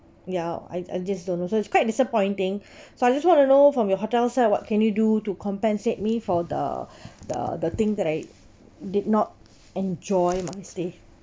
ya I I just don't know so it's quite disappointing so I just want to know from your hotel side what can you do to compensate me for the the the thing that I did not enjoy my stay